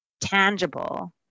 tangible